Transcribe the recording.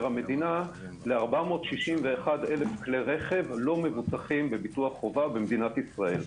המדינה ל-461,000 כלי רכב לא מבוטחים בביטוח חובה במדינת ישראל.